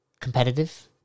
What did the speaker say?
competitive